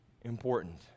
important